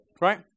right